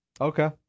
Okay